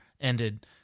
ended